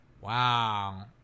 wow